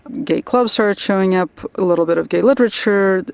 gay clubs started showing up, ah little bit of gay literature,